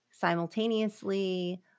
simultaneously